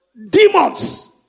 Demons